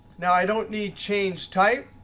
now i don't need change type.